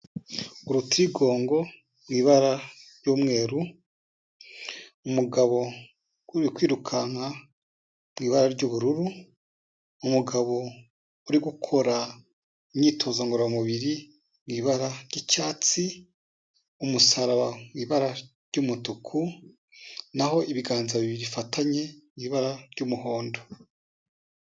Urutirigongo mu ibara ry'umweru, umugabo uri kwirukanka mu ibara ry'ubururu, umugabo uri gukora imyitozo ngororamubiri mu ibara ry'icyatsi, umusaraba mu ibara ry'umutuku, na ho ibiganza bibiri bifatanye mu ibara ry'umuhondo.